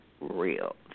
real